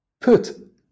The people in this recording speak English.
put